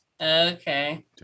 okay